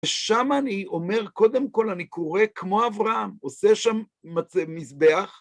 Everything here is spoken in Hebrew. ושם אני אומר, קודם כל, אני קורא כמו אברהם, עושה שם מזבח.